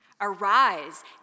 Arise